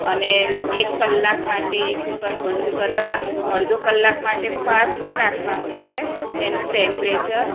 અને એક કલાક માટે કૂકર બંધ કરવાનું અડધો કલાક માટે ફાસ્ટ રાખવાનું છે એનું ટેમ્પરેચર